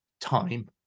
time